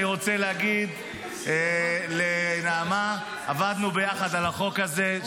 אני רוצה להגיד לנעמה: עבדנו ביחד על החוק הזה,